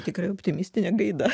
tikrai optimistinė gaida